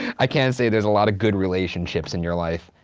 i can't say there's a lot of good relationships in your life.